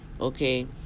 Okay